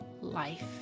life